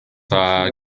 dda